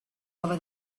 over